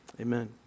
Amen